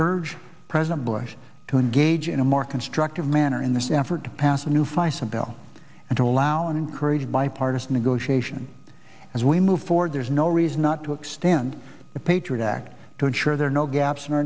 urge president bush to engage in a more constructive manner in this effort to pass a new face of bill and to allow and encourage bipartisan negotiation as we move forward there's no reason not to extend the patriot act to ensure there are no gaps in our